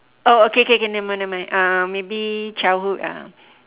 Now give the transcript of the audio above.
oh K K K nevermind uh maybe childhood ah